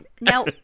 Now